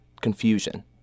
Confusion